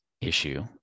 issue